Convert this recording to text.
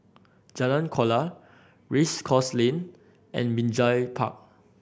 Jalan Kuala Race Course Lane and Binjai Park